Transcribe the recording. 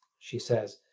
she says,